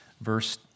Verse